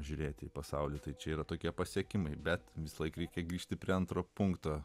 žiūrėti į pasaulį tai čia yra tokie pasiekimai bet visąlaik reikia grįžti prie antro punkto